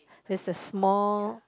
it is small